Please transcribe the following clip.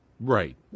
Right